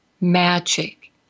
magic